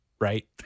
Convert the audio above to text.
right